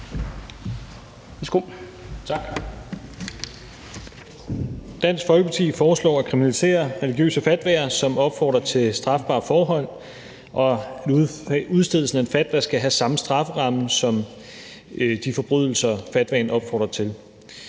Dansk Folkeparti foreslår at kriminalisere religiøse fatwaer, som opfordrer til strafbare forhold, og at udstedelsen skal have samme strafferamme som de forbrydelser, fatwaen opfordrer til.